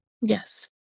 Yes